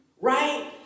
right